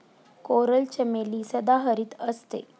coral चमेली सदाहरित असते